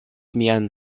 mian